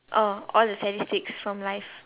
all all the statistics from life